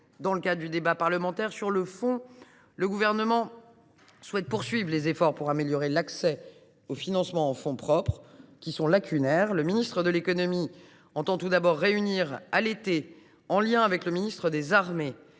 dans le cadre du débat parlementaire. Sur le fond, le Gouvernement souhaite poursuivre les efforts pour améliorer l’accès aux financements en fonds propres, qui sont lacunaires. Le ministre de l’économie entend tout d’abord réunir à l’été, en lien avec le ministre des armées,